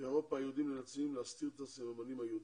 באירופה היהודים מנסים להסתיר את הסממנים היהודיים.